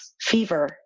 fever